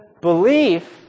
belief